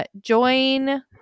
join